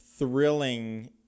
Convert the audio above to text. Thrilling